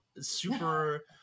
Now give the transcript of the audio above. super